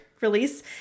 release